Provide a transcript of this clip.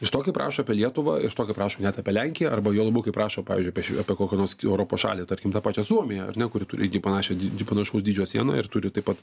iš to kaip rašo apie lietuvą iš to kaip rašo net apie lenkiją arba juo labiau kaip rašo pavyzdžiui apie kokią nors europos šalį tarkim tą pačią suomiją ar ne kuri turi panašią dyd panašaus dydžio sieną ir turi taip pat